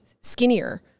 skinnier